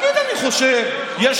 תגיד: אני חושב, עוד מעט.